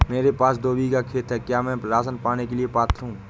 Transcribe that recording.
मेरे पास दो बीघा खेत है क्या मैं राशन पाने के लिए पात्र हूँ?